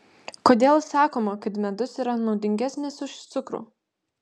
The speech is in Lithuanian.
kodėl sakoma kad medus yra naudingesnis už cukrų